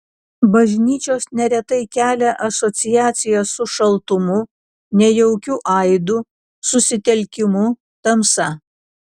bažnyčios neretai kelia asociacijas su šaltumu nejaukiu aidu susitelkimu tamsa